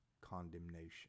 condemnation